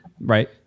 Right